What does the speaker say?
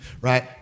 right